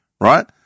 right